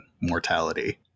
mortality